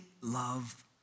love